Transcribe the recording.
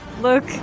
look